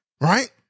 right